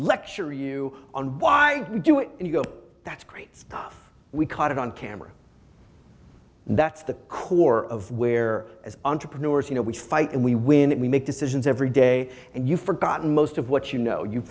lecture you on by you do it and you go that's great stuff we caught it on camera that's the core of where as entrepreneurs you know we fight and we win it we make decisions every day and you forgotten most of what you know you've